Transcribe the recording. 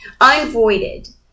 unvoided